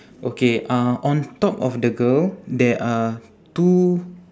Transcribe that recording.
okay uh on top of the girl there are two